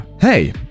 Hey